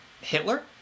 Hitler